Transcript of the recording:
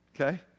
Okay